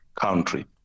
country